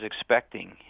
expecting